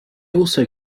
also